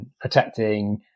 protecting